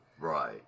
right